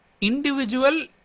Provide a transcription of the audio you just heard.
individual